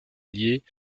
liées